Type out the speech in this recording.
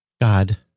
God